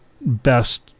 best